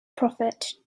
prophet